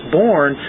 born